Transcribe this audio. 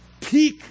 peak